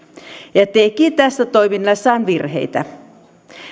ja teki tässä toiminnassaan virheitä